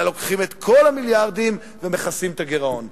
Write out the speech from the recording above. אלא לוקחים את כל המיליארדים ומכסים את הגירעון.